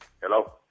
Hello